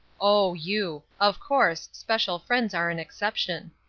oh, you. of course, special friends are an exception.